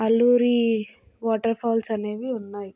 Alluri waterfalls అనేవి ఉన్నాయి